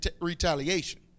retaliation